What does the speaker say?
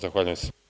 Zahvaljujem se.